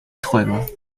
träumer